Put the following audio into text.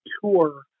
tour